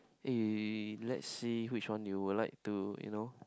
eh let's see which one you would like to you know